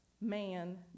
man